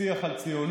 שיח על ציונות,